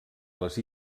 les